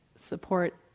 support